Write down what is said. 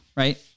Right